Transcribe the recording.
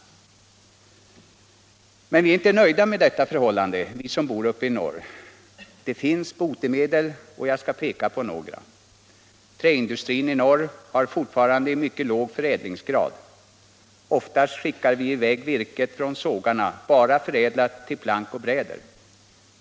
Men vi är inte nöjda med detta förhållande, vi som bor uppe i norr. Det finns botemedel, och jag skall peka på några. Träindustrin i norr har fortfarande en mycket låg förädlingsgrad. Oftast skickar vi i väg virket från sågarna bara förädlat till plank och bräder.